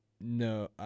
No